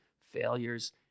failures